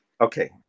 Okay